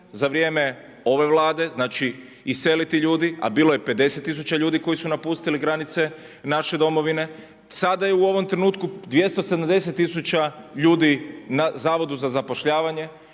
za vrijeme ove Vlade, znači iseliti ljudi, a bilo je 50 tisuća ljudi koji su napustili granice naše Domovine, sada je u ovom trenutku 270 tisuća ljudi na Zavodu za zapošljavanje.